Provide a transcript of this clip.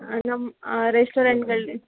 ನಮ್ಮ ರೆಸ್ಟೋರೆಂಟ್ಗಳು